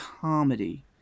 comedy